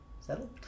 Settle